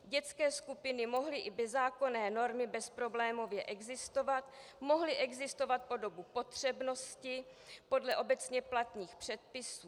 Dětské skupiny mohly i bez zákonné normy bezproblémově existovat, mohly existovat po dobu potřebnosti podle obecně platných předpisů.